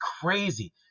crazy